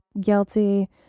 guilty